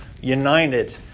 United